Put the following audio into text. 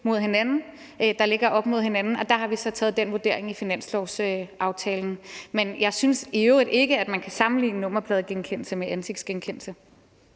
to hensyn, der vejes op mod hinanden, og der har vi så lavet den vurdering i finanslovsaftalen. Men jeg synes i øvrigt ikke, at man kan sammenligne nummerpladegenkendelse med ansigtsgenkendelse.